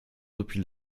depuis